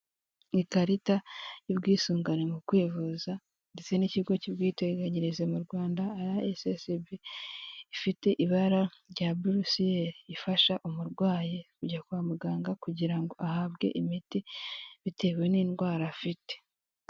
Ikarita y'ubwisungane mu kwivuza ndetse n'ikigo cy'ubwiteganyirize mu Rwanda arayesesibi, ifite ibara rya buresiyeri, ifasha umurwayi kujya kwa muganga kugira ngo ahabwe imiti bitewe n'indwara afite.